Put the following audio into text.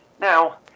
now